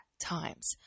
times